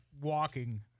walking